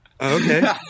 Okay